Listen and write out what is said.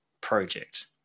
Project